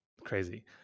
Crazy